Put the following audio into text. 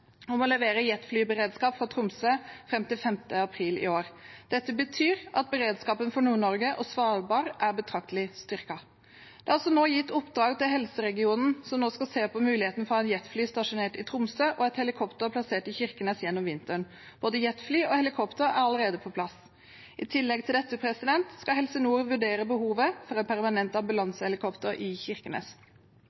om å levere jetflyberedskap fra Tromsø fram til 5. april i år. Dette betyr at beredskapen for Nord-Norge og Svalbard er betraktelig styrket. Det er også nå gitt oppdrag til helseregionen som skal se på muligheten for å ha jetfly stasjonert i Tromsø og et helikopter plassert i Kirkenes gjennom vinteren. Både jetfly og helikopter er allerede på plass. I tillegg til dette skal Helse Nord vurdere behovet for et permanent